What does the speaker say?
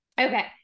Okay